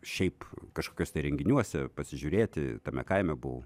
šiaip kažkokiuose ten renginiuose pasižiūrėti tame kaime buvau